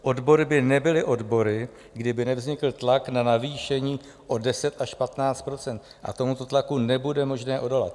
Odbory by nebyly odbory, kdyby nevznikl tlak na navýšení o 10 až 15 %, a tomuto tlaku nebude možné odolat.